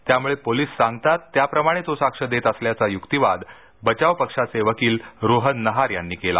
त्यामुळे पोलिस सांगतात त्याप्रमाणे तो साक्ष देत असल्याचा युक्तिवाद बचाव पक्षाचे वकिल रोहन नहार यांनी केला